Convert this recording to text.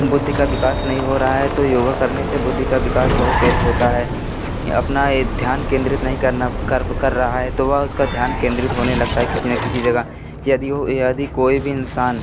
बुद्धि का विकास नहीं हो रहा है तो योगा करने से बुद्धि का विकास बहुत तेज होता है अपना ए ध्यान केन्द्रित नहीं करना कर कर रहा है तो वह उसका ध्यान केन्द्रित होने लगता है किसी न किसी जगह यदि वो यदि कोई भी इंसान